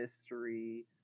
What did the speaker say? history